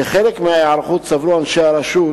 כחלק מההיערכות סברו אנשי הרשות